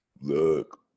look